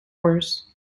worse